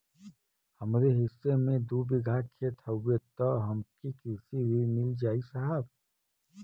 हमरे हिस्सा मे दू बिगहा खेत हउए त हमके कृषि ऋण मिल जाई साहब?